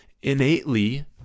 innately